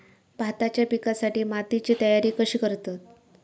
भाताच्या पिकासाठी मातीची तयारी कशी करतत?